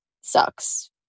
sucks